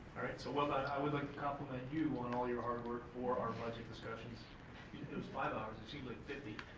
all right, so well done. i would like to complement you on all your hard work for our budget discussions. it was five hours, it seemed like fifty